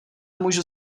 můžu